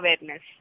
awareness